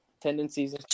tendencies